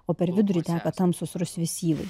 o per vidurį teka tamsūs rusvi syvai